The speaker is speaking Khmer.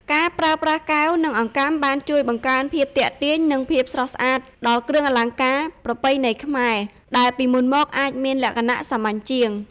ការប្រើប្រាស់កែវ និងអង្កាំបានជួយបង្កើនភាពទាក់ទាញ និងភាពស្រស់ស្អាតដល់គ្រឿងអលង្ការប្រពៃណីខ្មែរ ដែលពីមុនមកអាចមានលក្ខណៈសាមញ្ញជាង។